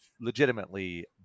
legitimately